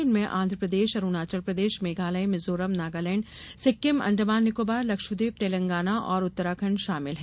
इनमें आंध्र प्रदेश अरूणाचल प्रदेश मेघालय मिजोरम नगालैंड सिक्किम अंडमान निकोबार लक्षद्वीप तेलंगाना और उत्तराखण्ड शामिल हैं